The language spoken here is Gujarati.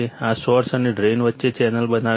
આ સોર્સ અને ડ્રેઇન વચ્ચે ચેનલ બનાવે છે